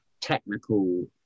technical